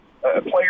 players